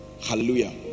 Hallelujah